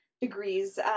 degrees